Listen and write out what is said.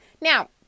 Now